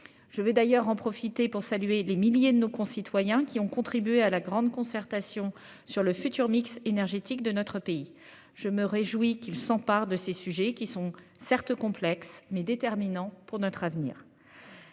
Je vais d'ailleurs en profiter pour saluer les milliers de nos concitoyens qui ont contribué à la grande concertation sur le futur mix énergétique de notre pays. Je me réjouis qu'ils s'emparent de ces sujets qui sont certes complexe mais déterminant pour notre avenir.